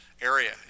area